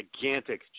gigantic